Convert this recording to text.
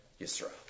Yisra